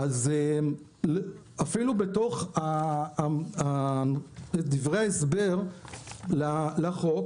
אפילו בתוך דברי ההסבר לחוק